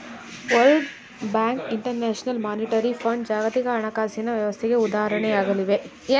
world bank, international monetary fund ಜಾಗತಿಕ ಹಣಕಾಸಿನ ವ್ಯವಸ್ಥೆಗೆ ಉದಾಹರಣೆಗಳಾಗಿವೆ